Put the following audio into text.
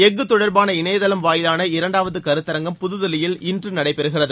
எஃகு தொடர்பான இணையதளம் வாயிலான இரண்டாவது கருத்தரங்கம் புதுதில்லியில் இன்று நடைபெறுகிறது